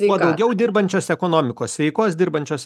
kuo daugiau dirbančios ekonomikos sveikos dirbančios